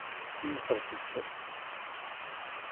यही सभ चीज छै